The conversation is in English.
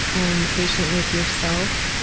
and patient with yourself.